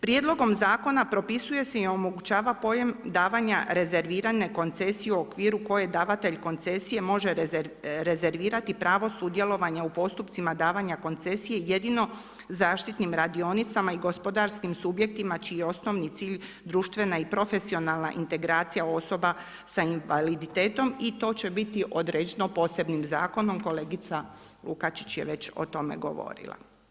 Prijedlogom zakona propisuje se i omogućava pojam davanja rezervirane koncesije o okviru koje davatelj koncesije može rezervirati, pravo su u djelovanja u postupcima davanja koncesije, jedino zaštitnim radionicama i gospodarskim subjektima čiji je osnovni cilj društvena i profesionalna integracija osoba sa invaliditetom i to će biti određeno posebnim zakonom, kolegica Lukačić je već o tome govorila.